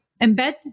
embed